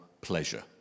pleasure